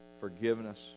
forgiveness